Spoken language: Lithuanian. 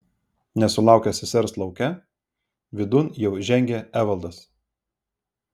nesulaukęs sesers lauke vidun jau žengė evaldas